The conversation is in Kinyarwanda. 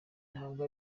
ntabwo